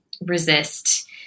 resist